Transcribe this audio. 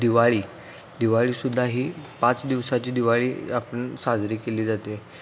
दिवाळी दिवाळीसुद्धा ही पाच दिवसाची दिवाळी आपण साजरी केली जाते